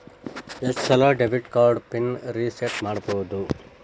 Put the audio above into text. ಎಷ್ಟ ಸಲ debit card PIN reset ಮಾಡಬೋದು